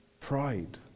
pride